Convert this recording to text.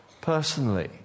personally